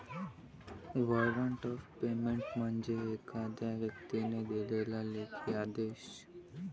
warrant of payment म्हणजे एखाद्या व्यक्तीने दिलेला लेखी आदेश